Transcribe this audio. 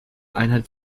einheit